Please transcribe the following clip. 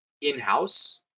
in-house